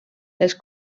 els